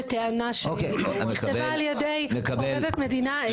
בטענה שהיא נכתבה על ידי עובדת מדינה.